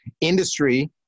industry